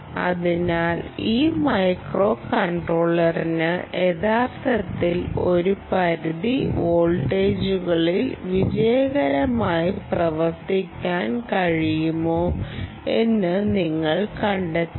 അതിനാൽ ഈ മൈക്രോകൺട്രോളറിന് യഥാർത്ഥത്തിൽ ഒരു പരിധി വോൾട്ടേജുകളിൽ വിജയകരമായി പ്രവർത്തിക്കാൻ കഴിയുമോ എന്ന് നിങ്ങൾ കണ്ടെത്തണം